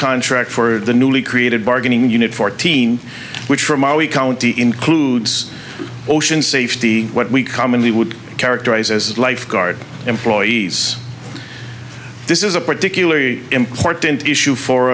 contract for the newly created bargaining unit fourteen which ramai county includes ocean safety what we commonly would characterize as lifeguard employees this is a particularly important issue for